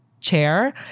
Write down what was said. Chair